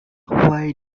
why